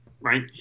Right